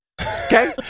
Okay